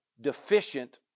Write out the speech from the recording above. deficient